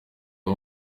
abo